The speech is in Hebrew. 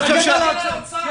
כן.